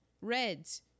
Reds